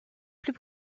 plus